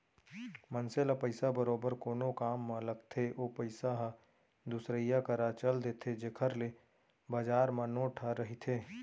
मनसे ल पइसा बरोबर कोनो काम म लगथे ओ पइसा ह दुसरइया करा चल देथे जेखर ले बजार म नोट ह रहिथे